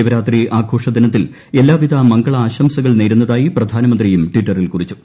ശിവരാത്രി ആഘോഷ ദിനത്തിൽ എല്ലാവിധ മംഗളാംശംസകൾ നേരുന്നതായി പ്രധാനമന്ത്രിയും ട്വിറ്ററിൽ കുറിച്ചു